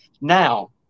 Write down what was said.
Now